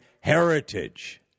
heritage